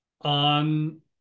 on